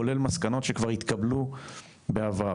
כולל מסקנות שכבר התקבלו בעבר.